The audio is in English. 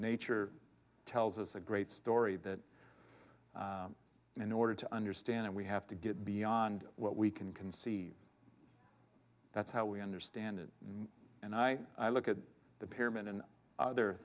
nature tells us a great story that in order to understand we have to get beyond what we can conceive that's how we understand it and i look at the pyramid and other